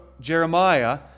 Jeremiah